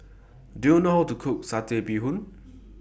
Do YOU know How to Cook Satay Bee Hoon